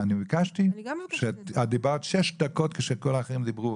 את דיברת שש דקות כשכל האחרים דיברו